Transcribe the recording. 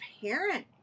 parent